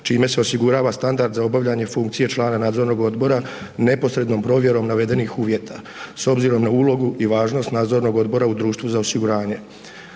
čime se osigurava standard za obavljanje funkcije člana nadzornog odbora neposrednom provjerom navedenih uvjeta, s obzirom na ulogu i važnost nadzornog odbora u društvu za osiguranje.